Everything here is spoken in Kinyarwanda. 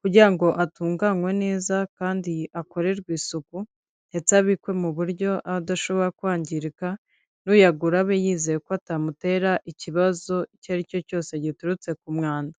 kugira ngo atunganwe neza kandi akorerwe isuku ndetse abikwe mu buryo aba adashobora kwangirika, n'uyagura abe yizeye ko atamutera ikibazo icyo ari cyo cyose giturutse ku mwanda.